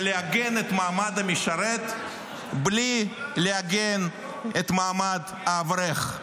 לעגן את מעמד המשרת בלי לעגן את מעמד האברך.